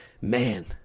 Man